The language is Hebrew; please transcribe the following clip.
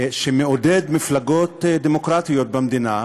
שמעודד מפלגות דמוקרטיות במדינה,